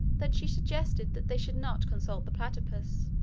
that she suggested that they should not consult the platypus.